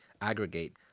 aggregate